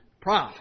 prof